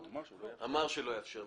הוא אמר שהוא לא יאפשר.